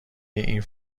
این